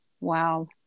Wow